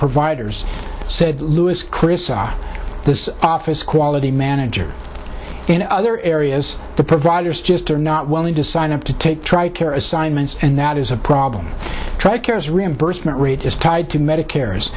providers said louis clarissa this office quality manager in other areas the providers just are not willing to sign up to take tri care assignments and that is a problem tri care is reimbursement rate is tied to medicare's